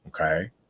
okay